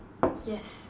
yes